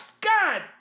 god